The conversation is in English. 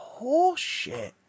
horseshit